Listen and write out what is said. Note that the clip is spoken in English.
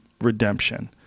redemption